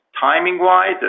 Timing-wise